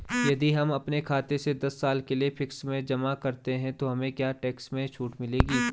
यदि हम अपने खाते से दस साल के लिए फिक्स में जमा करते हैं तो हमें क्या टैक्स में छूट मिलेगी?